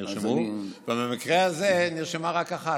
שנרשמו, אם יש, במקרה הזה נרשמה רק אחת,